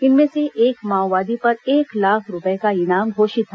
इनमें से एक माओवादी पर एक लाख रूपये का इनाम घोषित था